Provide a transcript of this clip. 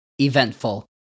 eventful